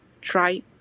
try